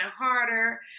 harder